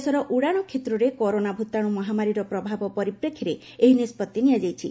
ଦେଶର ଉଡ଼ାଣ କ୍ଷେତ୍ରରେ କରୋନା ଭୂତାଣୁ ମହାମାରୀର ପ୍ରଭାବ ପରିପ୍ରେକ୍ଷୀରେ ଏହି ନିଷ୍ପଭି ନିଆଯାଇଛି